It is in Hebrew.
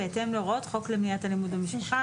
בהתאם להוראות חוק למניעת אלימות במשפחה,